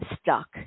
stuck